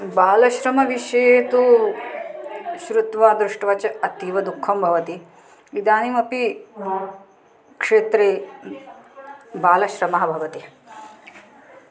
बालश्रमविषये तु श्रुत्वा दृष्ट्वा च अतीवदुःखं भवति इदानीमपि क्षेत्रे बालश्रमः भवति